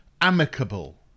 amicable